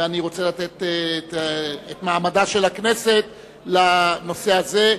ואני רוצה לתת את מעמדה של הכנסת לנושא הזה.